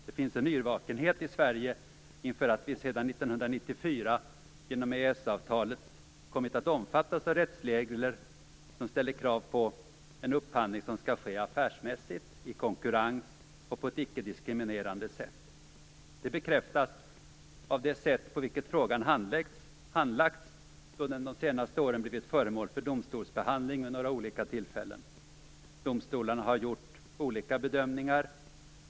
Det finns en yrvakenhet i Sverige inför att vi sedan 1994 genom EES-avtalet kommit att omfattas av rättsregler som ställer krav på att upphandling skall ske affärsmässigt, i konkurrens och på ett icke-diskriminerande sätt. Det bekräftas av det sätt på vilket frågan handlagts då den de senaste åren blivit föremål för domstolsbehandling vid några olika tillfällen. Domstolarna har gjort olika bedömningar.